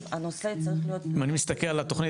הנושא צריך להיות --- אני מסתכל על התוכנית